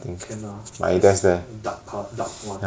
can ah as dark ca~ dark one